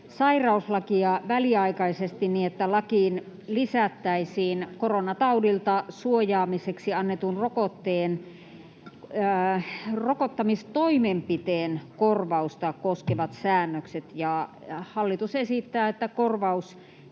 sairauslakia väliaikaisesti niin, että lakiin lisättäisiin koronataudilta suojaamiseksi annetun rokotteen rokottamistoimenpiteen korvausta koskevat säännökset. Hallitus esittää, että korvaustaksan